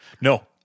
No